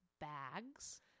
bags